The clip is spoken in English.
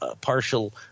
partial